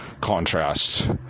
contrast